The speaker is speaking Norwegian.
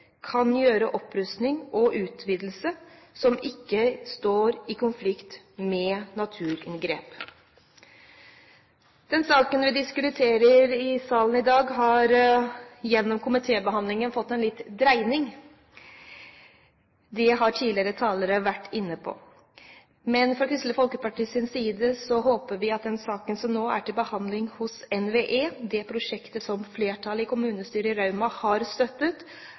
kan foreta opprusting og utvidelse som ikke står i konflikt med naturinngrep. Den saken vi diskuterer i salen i dag, har gjennom komitébehandlingen fått en liten dreining. Det har tidligere talere vært inne på. Men fra Kristelig Folkepartis side håper vi at den saken som nå er til behandling hos NVE – det prosjektet som flertallet i kommunestyret i Rauma har støttet